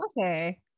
okay